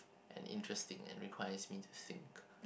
and interesting and requires me to think